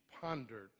pondered